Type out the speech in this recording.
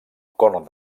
corn